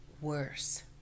worse